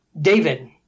David